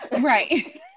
right